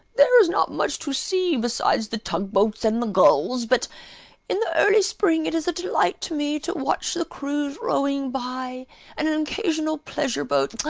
there is not much to see besides the tug-boats and the gulls. but in the early spring it is a delight to me to watch the crews rowing by, and an occasional pleasure-boat,